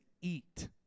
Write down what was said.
eat